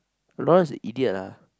Noah is a idiot ah